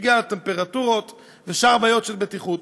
בגלל הטמפרטורות ושאר בעיות בטיחות.